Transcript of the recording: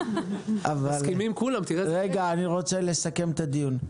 אני רוצה לסכם את הדיון.